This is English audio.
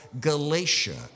Galatia